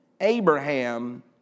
Abraham